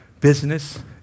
business